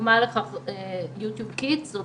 דוגמה לכך היא יוטיוב קידס זאת